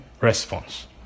response